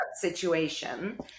situation